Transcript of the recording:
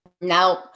no